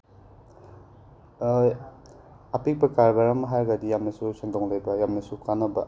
ꯑꯄꯤꯛꯄ ꯀꯔꯕꯥꯔ ꯑꯃ ꯍꯥꯏꯔꯒꯗꯤ ꯌꯥꯝꯅꯁꯨ ꯁꯦꯡꯗꯣꯡ ꯂꯩꯕ ꯌꯥꯝꯅꯁꯨ ꯀꯥꯟꯅꯕ